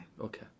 Okay